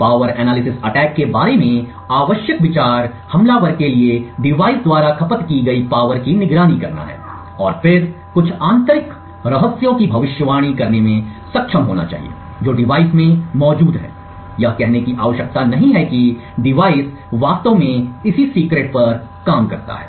power analysis attack के बारे में आवश्यक विचार हमलावर के लिए डिवाइस द्वारा खपत की गई पावर की निगरानी करना है और फिर कुछ आंतरिक रहस्यों की भविष्यवाणी करने में सक्षम होना चाहिए जो डिवाइस में मौजूद हैं यह कहने की आवश्यकता नहीं है कि डिवाइस वास्तव में इसी सीक्रेट पर काम करता है